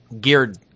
geared